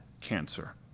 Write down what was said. cancer